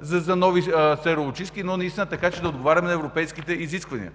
за нови сероочистки, но така, че да отговаряме на европейските изисквания.